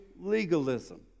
legalism